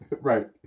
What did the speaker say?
Right